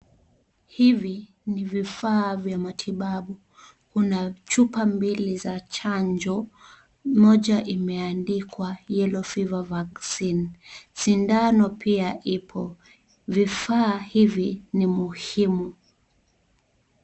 Hivi ni vifaa vya matibabu, kuna chupa mbili za chanjo moja imeandikwa yellow fever vaccine, sindano pia ipo, vifaa hivi ni muhimu.